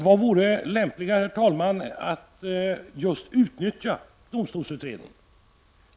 Vad vore lämpligare, herr talman, än att man utnyttjar domstolsutredningen.